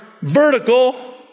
vertical